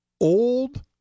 old